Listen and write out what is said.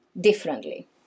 differently